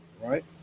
Right